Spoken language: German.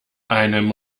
einem